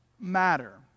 matter